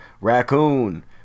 raccoon